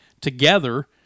together